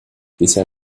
bisher